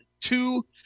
two